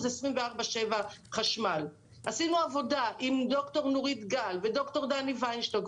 24/7. עשינו עבודה עם ד"ר נורית גל וד"ר דני ויינשטוק,